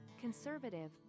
conservative